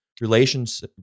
relations